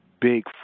big